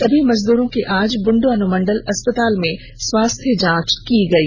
सभी मजदूरों की आज बुंडू अनुमंडल अस्पताल में स्वास्थ्य जांच की गयी